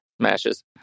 smashes